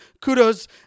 kudos